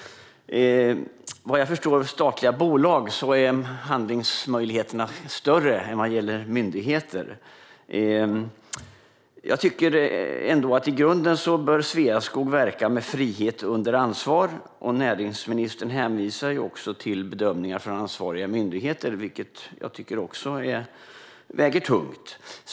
Vad jag förstår är handlingsmöjligheterna större vad gäller statliga bolag än vad gäller myndigheter. Jag tycker ändå att Sveaskog i grunden bör verka med frihet under ansvar. Näringsministern hänvisar också till bedömningar från ansvariga myndigheter, vilket jag tycker väger tungt.